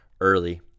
early